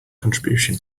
contribution